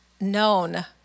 Known